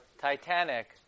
Titanic